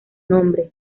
nombre